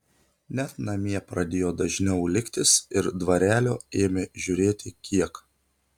net namie pradėjo dažniau liktis ir dvarelio ėmė žiūrėti kiek